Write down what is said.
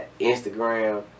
Instagram